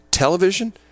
Television